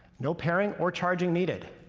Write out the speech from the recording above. no pairing or charging needed.